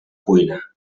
cuina